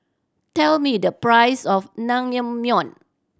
tell me the price of Naengmyeon